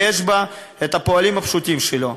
ויש בה את הפועלים הפשוטים שלו.